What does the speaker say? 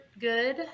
good